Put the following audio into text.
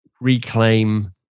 reclaim